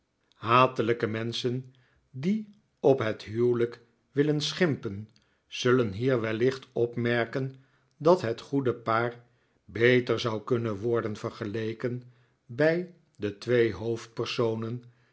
hatelijke menschen die op het huwelijk willen schimpen zullen hier wellicht opmerken dat het goede paar beter zou kunnen worden vergeleken bij de twee hoofdpersonen